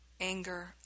anger